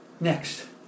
Next